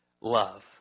love